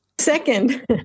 Second